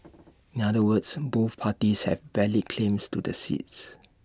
in other words both parties have valid claims to the seats